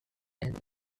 and